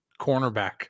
Cornerback